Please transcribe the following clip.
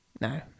No